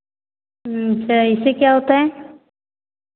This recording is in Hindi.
अच्छा इससे क्या होता है